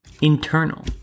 internal